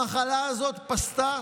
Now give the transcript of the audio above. המחלה הזאת פשתה